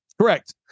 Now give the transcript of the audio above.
Correct